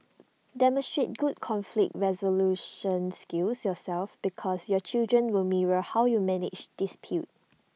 demonstrate good conflict resolution skills yourself because your children will mirror how you manage dispute